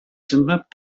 чынлап